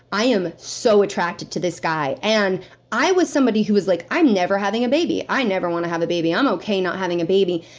i am so attracted to this guy and i was somebody who was like, i'm never having a baby. i never want to have a baby. i'm okay not having a baby.